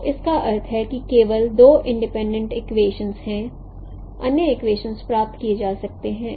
तो जिसका अर्थ है कि केवल दो इंडिपेंडेंट इक्वेशनस हैं अन्य इक्वेशन प्राप्त किए जा सकते हैं